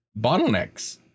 Bottlenecks